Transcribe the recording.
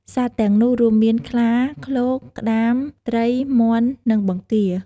សត្វទាំងនោះរួមមាន ខ្លា ឃ្លោក ក្តាម ត្រី មាន់ និងបង្គារ។